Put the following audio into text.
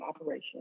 operation